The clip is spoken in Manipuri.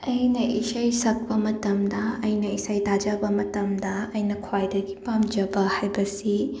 ꯑꯩꯅ ꯏꯁꯩ ꯁꯛꯄ ꯃꯇꯝꯗ ꯑꯩꯅ ꯏꯁꯩ ꯇꯥꯖꯕ ꯃꯇꯝꯗ ꯑꯩꯅ ꯈ꯭ꯋꯥꯏꯗꯒꯤ ꯄꯥꯝꯖꯕ ꯍꯥꯏꯕꯁꯤ